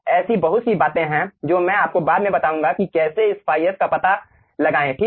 ऐसी बहुत सी बातें हैं जो मैं आपको बाद में बताऊंगा कि कैसे इस ϕs का पता लगाएं ठीक